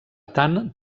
tant